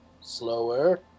Slower